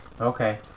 Okay